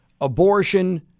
abortion